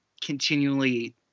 continually